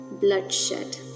bloodshed